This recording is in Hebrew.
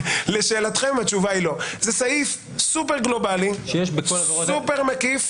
זה סעיף סופר גלובלי, סופר מקיף.